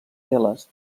teles